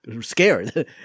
scared